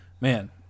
man